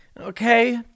Okay